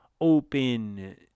open